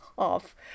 Off